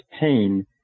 pain